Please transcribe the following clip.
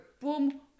Boom